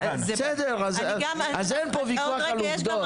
אין פה ויכוח על עובדות.